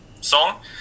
song